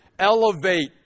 Elevate